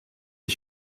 ich